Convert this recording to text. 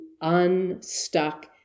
unstuck